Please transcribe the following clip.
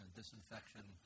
disinfection